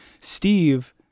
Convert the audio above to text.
Steve